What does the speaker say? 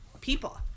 people